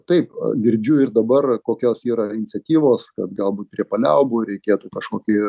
taip girdžiu ir dabar kokios yra iniciatyvos kad galbūt prie paliaubų reikėtų kažkokį